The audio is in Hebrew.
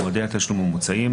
מועדי התשלום המוצעים,